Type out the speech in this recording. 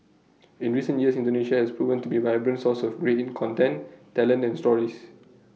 in recent years Indonesia has proven to be vibrant source of grating content talent and stories